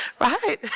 Right